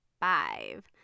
five